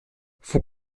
faut